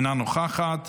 אינה נוכחת,